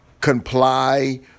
comply